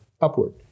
upward